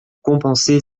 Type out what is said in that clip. compenser